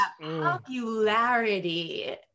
popularity